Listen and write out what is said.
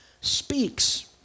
speaks